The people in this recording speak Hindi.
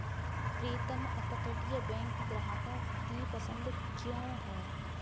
प्रीतम अपतटीय बैंक ग्राहकों की पसंद क्यों है?